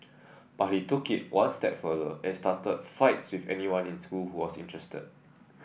but he took it one step further and started fights with anyone in school who was interested